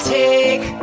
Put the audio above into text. take